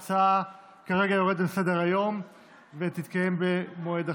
ההצבעה כרגע יורדת מסדר-היום ותתקיים במועד אחר.